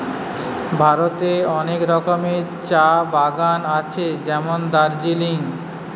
ভারতে অনেক রকমের চা বাগান আছে যেমন দার্জিলিং